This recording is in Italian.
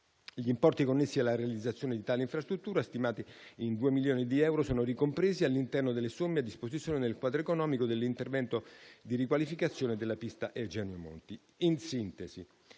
Gli importi connessi alla realizzazione di tale infrastruttura, stimati in 2 milioni di euro, sono ricompresi all'interno delle somme a disposizione nel quadro economico dell'intervento di riqualificazione della pista «Eugenio Monti».